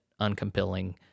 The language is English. uncompelling